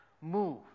move